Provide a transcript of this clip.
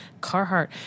Carhartt